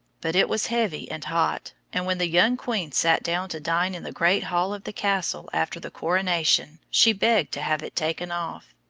but it was heavy and hot, and when the young queen sat down to dine in the great hall of the castle after the coronation, she begged to have it taken off.